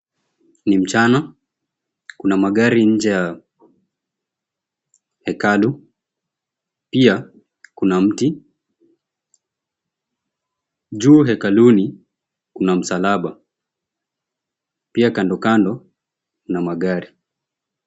Ni mchana kuna magari nje ya hekalu pia kuna mti. Juu hekaluni kuna msalaba pia kandokando kuna magari.